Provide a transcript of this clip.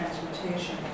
transportation